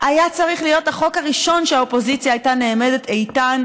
היה צריך להיות החוק הראשון שהאופוזיציה הייתה נעמדת איתן,